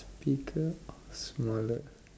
bigger or smaller